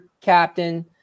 captain